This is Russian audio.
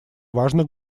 важных